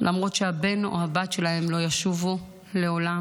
למרות שהבן או הבת שלהן לא ישובו לעולם.